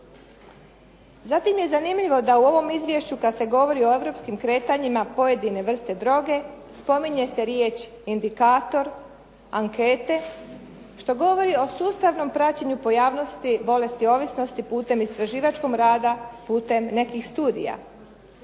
Zatim je zanimljivo da u ovom izvješću kada se govori o europskim kretanjima pojedine vrste droge spominje se riječ indikator ankete, što govori o sustavnom praćenju pojavnosti bolesti ovisnosti putem istraživačkog rada, putem nekih studija.